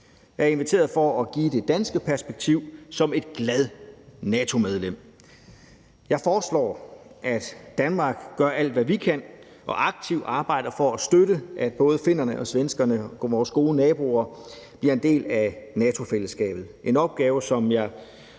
Jeg er inviteret for at give det danske perspektiv som et glad NATO-medlem. Jeg foreslår, at Danmark gør alt, hvad vi kan, og aktivt arbejder for at støtte, at både finnerne og svenskerne, vores gode naboer, bliver en del af NATO-fællesskabet. Det er en opgave, som jeg